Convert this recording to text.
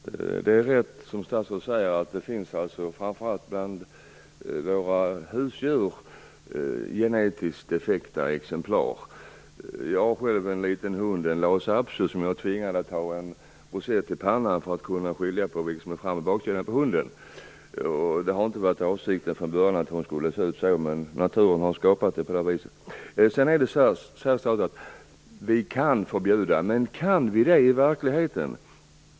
Fru talman! Det är riktigt som statsrådet säger att det framför allt bland våra husdjur finns genetiskt defekta exemplar. Jag har själv en liten hund, en lhasa apso. Jag är tvungen att ha en rosett i pannan på den för att kunna skilja på vilket som är fram och bak på hunden. Det var inte avsikten från början att hon skulle se ut så, men naturen har skapat henne på det viset. Statsrådet säger att vi kan förbjuda. Men kan vi det i verkligheten?